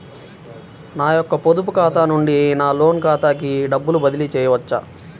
నా యొక్క పొదుపు ఖాతా నుండి నా లోన్ ఖాతాకి డబ్బులు బదిలీ చేయవచ్చా?